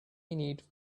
need